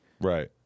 right